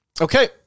Okay